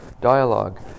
dialogue